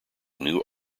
new